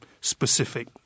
specific